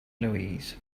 louise